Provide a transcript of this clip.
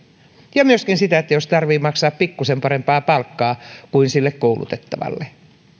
myöskin siksi että tarvitsee maksaa pikkusen parempaa palkkaa kuin sille koulutettavalle